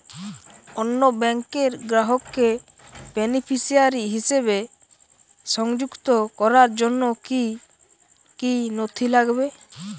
অন্য ব্যাংকের গ্রাহককে বেনিফিসিয়ারি হিসেবে সংযুক্ত করার জন্য কী কী নথি লাগবে?